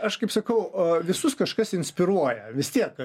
aš kaip sakau o visus kažkas inspiruoja vis tiek